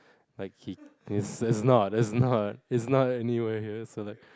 like he he's not he's not he's not anywhere here so like